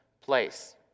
place